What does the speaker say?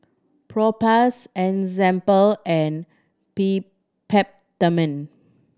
Propass Enzyplex and Peptamen